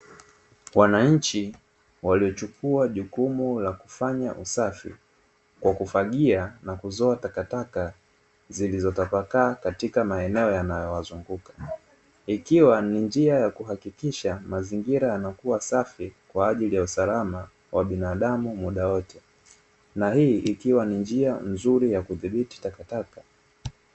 Wananchi waliochukua jukumu la kufanya usafi kwa kufagia na kuzoa takataka zilizotapakaa katika maeneo yanayozunguka, ikiwa ni njia ya kuhakikisha mazingira yanakuwa safi kwa ajili ya usalama wa binadamu muda wote, na hii ikiwa ni nia nzuri ya kudhibiti takataka.